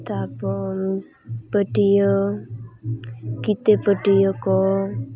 ᱛᱟᱨᱯᱚᱨ ᱯᱟᱹᱴᱭᱟᱹ ᱠᱤᱛᱟᱹ ᱯᱟᱹᱴᱭᱟᱹ ᱠᱚ